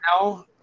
now